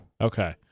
Okay